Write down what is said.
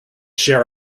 share